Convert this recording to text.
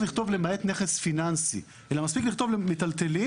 לכתוב למעט נכס פיננסי אלא מספיק לכתוב מיטלטלין,